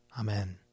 Amen